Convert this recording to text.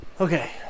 Okay